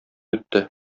үтте